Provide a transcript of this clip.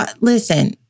Listen